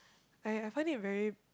I I find it very